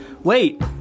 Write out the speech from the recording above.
wait